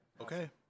Okay